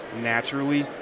naturally